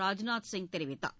ராஜ்நாத் சிங் தெரிவித்தார்